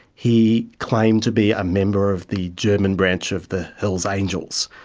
he claimed to be a member of the german branch of the hells angels.